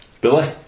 Billy